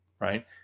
Right